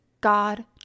God